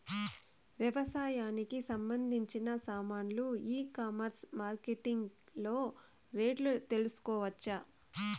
వ్యవసాయానికి సంబంధించిన సామాన్లు ఈ కామర్స్ మార్కెటింగ్ లో రేట్లు తెలుసుకోవచ్చా?